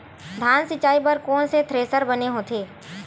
धान मिंजई बर कोन से थ्रेसर बने होथे?